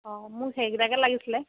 অ মোক সেইকেইটাকে লাগিছিলে